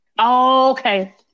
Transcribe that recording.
okay